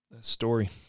story